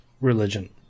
religion